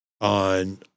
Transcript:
on